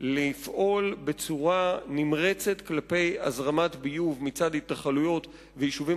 לפעול בצורה נמרצת כלפי הזרמת ביוב מצד התנחלויות ויישובים